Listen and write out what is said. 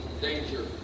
danger